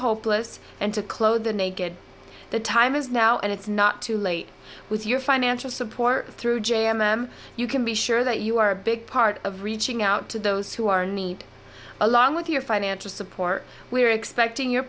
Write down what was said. hopeless and to clothe the naked the time is now and it's not too late with your financial support through j m m you can be sure that you are a big part of reaching out to those who are need along with your financial support we are expecting your